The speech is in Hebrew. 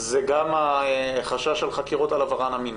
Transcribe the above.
גם החשש של חקירות על עברן המיני.